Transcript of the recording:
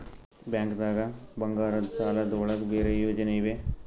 ಬ್ಯಾಂಕ್ದಾಗ ಬಂಗಾರದ್ ಸಾಲದ್ ಒಳಗ್ ಬೇರೆ ಯೋಜನೆ ಇವೆ?